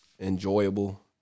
enjoyable